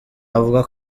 avuga